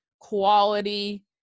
quality